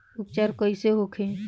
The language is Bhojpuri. उपचार कईसे होखे?